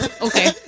Okay